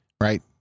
right